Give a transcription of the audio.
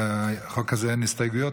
לחוק הזה אין הסתייגויות,